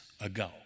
ago